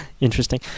Interesting